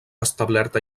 establert